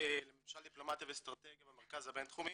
לממשל דיפלומטיה ואסטרטגיה במרכז הבינתחומי,